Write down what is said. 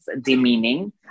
demeaning